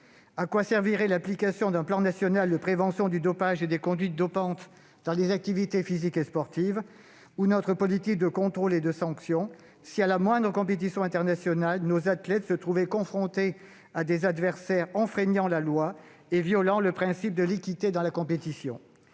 À quoi servirait l'application d'un plan national de prévention du dopage et des conduites dopantes dans les activités physiques et sportives, et à quoi servirait notre politique de contrôle et de sanction, si à la moindre compétition internationale nos athlètes se trouvaient confrontés à des adversaires enfreignant la loi et violant le principe de l'équité dans la compétition ?